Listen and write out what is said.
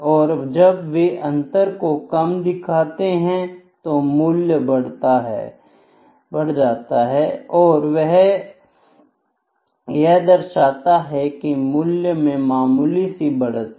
और जब वे अंतर को कम दिखाते हैं तो मूल्य बढ़ जाता है और वह यह दर्शाते हैं की मूल्य में मामूली सी बढ़त है